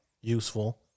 useful